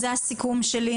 זה הסיכום שלי.